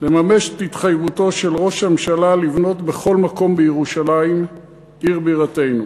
לממש את התחייבותו של ראש הממשלה לבנות בכל מקום בירושלים עיר בירתנו.